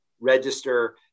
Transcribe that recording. register